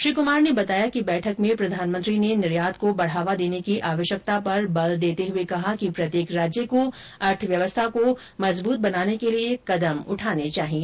श्री कुमार ने बताया कि बैठक में प्रधानमंत्री ने निर्यात को बढावा देने की आवश्यकता पर बल देते हुए कहा कि प्रत्येक राज्य को अर्थव्यवस्था को सशक्त बनाने के लिए कदम उठाने चाहिए